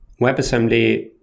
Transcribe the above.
WebAssembly